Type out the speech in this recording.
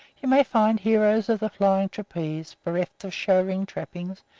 you may find heroes of the flying trapeze, bereft of show-ring trappings,